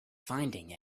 finding